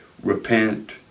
Repent